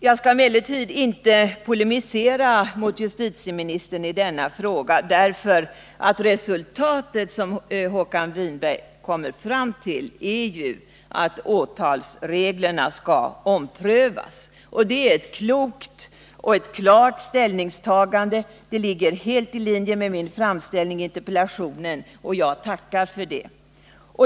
Jag skall emellertid inte polemisera mot justitieministern i denna fråga, därför att det resultat som han kommer fram till är ju att åtalsreglerna skall omprövas. Det är ett klokt och klart ställningstagande och ligger helt i linje med min framställning i interpellationen. Jag tackar för detta.